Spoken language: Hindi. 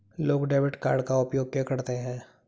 लोग डेबिट कार्ड का उपयोग क्यों करते हैं?